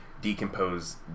decompose